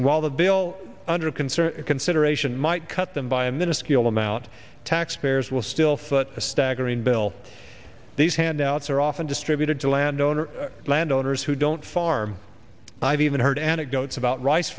and while the bill under concert consideration might cut them by a minuscule amount taxpayers will still foot a staggering bill these handouts are often distributed to landowners landowners who don't farm i've even heard anecdotes about rice